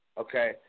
okay